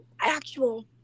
actual